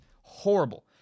horrible